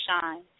shine